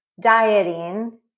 dieting